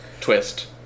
twist